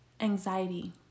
anxiety